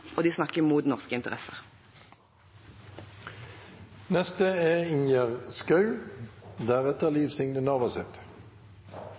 og de snakker imot norske